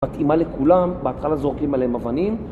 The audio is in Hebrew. מתאימה לכולם, בהתחלה זורקים עליהם אבנים